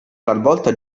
talvolta